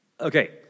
Okay